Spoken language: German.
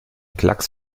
klacks